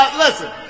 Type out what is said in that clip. listen